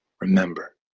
remember